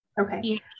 Okay